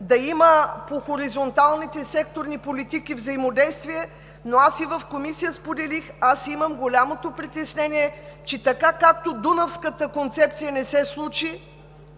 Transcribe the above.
да има по хоризонталните секторни политики взаимодействие, но аз и в Комисията споделих – имам голямото притеснение, че така както Дунавската концепция не се случи,